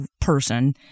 person